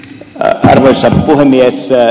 arvoisa puhemies